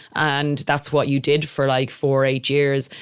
and that's what you did for like four, eight years.